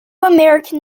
american